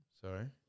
Sorry